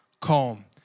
calm